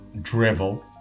drivel